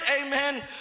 amen